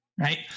right